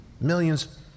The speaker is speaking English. millions